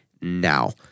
now